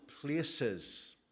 places